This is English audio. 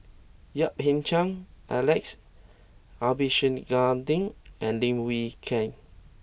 Yap Ee Chian Alex Abisheganaden and Lim Wee Kiak